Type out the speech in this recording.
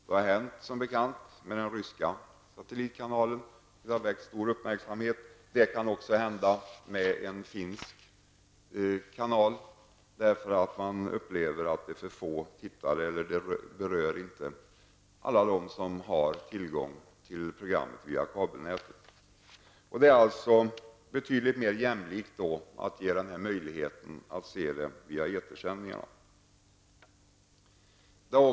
Det har som bekant hänt med den ryska satellitkanalen, vilket har väckt stor uppmärksamhet. Det kan också hända med en finsk kanal när den verkar ha för få tittare eller inte berör alla dem som har tillgång till programmet via kabelnätet. Det är alltså betydligt mer jämlikt att ge möjligheten att se programmen via etersändningarna.